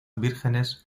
vírgenes